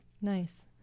Nice